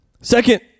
Second